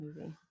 movie